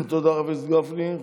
תודה, חבר הכנסת גפני.